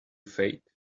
fake